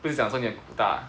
不是讲说你很大